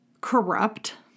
corrupt